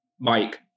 Mike